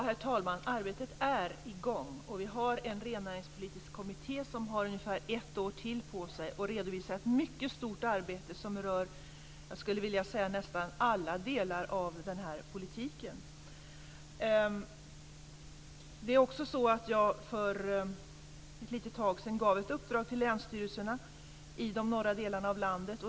Herr talman! Arbetet är i gång. Vi har en rennäringspolitisk kommitté som har ungefär ett år till på sig att redovisa ett mycket stort arbete. Det är ett arbete som rör, skulle jag vilja säga, nästan alla delar av den här politiken. Jag gav också för ett litet tag sedan ett uppdrag till länsstyrelserna i de norra delarna av landet.